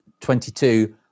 22